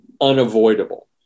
unavoidable